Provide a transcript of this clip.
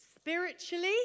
spiritually